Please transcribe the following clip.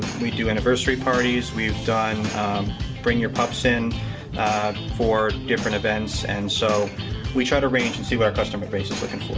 we do anniversary parties, we've done bring your pups in for different events. and so we try to arrange and see what our customer base is looking